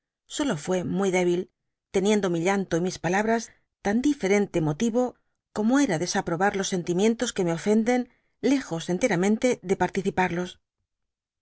solo faé muy débil teniendo mi llanto y mis palabras tan diferente motivo cotomol dby google mo era desaprobar los sentimientos qoe me ofenden lejos enteramente de participarlos